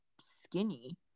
skinny